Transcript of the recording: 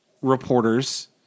reporters